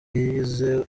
yize